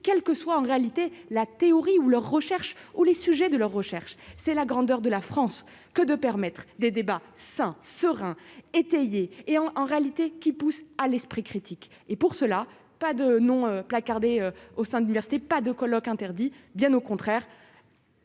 quelle que soit en réalité la théorie ou leurs recherches où les sujets de leurs recherches, c'est la grandeur de la France que de permettre à des débats sans serein étayé et en en réalité qui pousse à l'esprit critique et pour cela, pas de nom placardé au sein de l'université, pas de colloques interdit, bien au contraire.